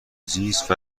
زیست